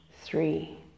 three